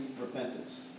repentance